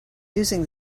using